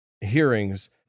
hearings